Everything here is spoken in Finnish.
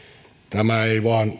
tämä ei vain